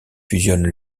fusionne